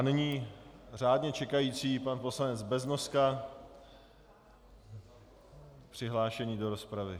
Nyní řádně čekající pan poslanec Beznoska přihlášený do rozpravy.